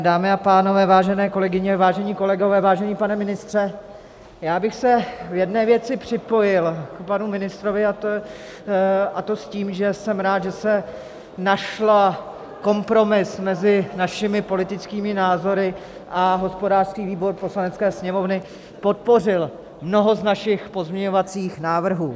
Dámy a pánové, vážené kolegyně, vážení kolegové, vážený pane ministře, já bych se v jedné věci připojil k panu ministrovi, a to tím, že jsem rád, že se našel kompromis mezi našimi politickými názory a hospodářský výbor Poslanecké sněmovny podpořil mnoho z našich pozměňovacích návrhů.